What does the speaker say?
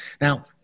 Now